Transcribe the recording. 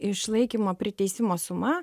išlaikymo priteisimo suma